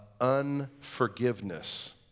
unforgiveness